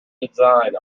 design